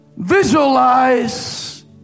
Visualize